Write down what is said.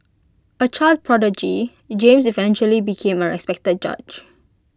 A child prodigy James eventually became A respected judge